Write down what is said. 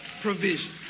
provision